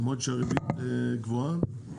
למרות שהריבית גבוהה,